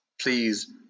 please